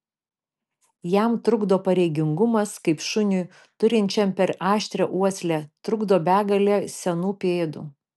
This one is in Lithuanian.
jam trukdo pareigingumas kaip šuniui turinčiam per aštrią uoslę trukdo begalė senų pėdų